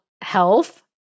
health